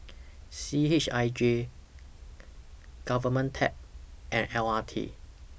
C H I J Government Tech and L R T